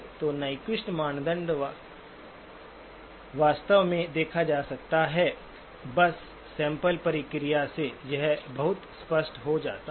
तो नाइक्वेस्ट मानदंड वास्तव में देखा जा सकता है बस सैंपल प्रक्रिया से यह बहुत स्पष्ट हो जाता है